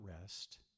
rest